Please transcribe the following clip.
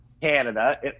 canada